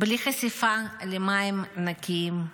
בלי חשיפה למים נקיים,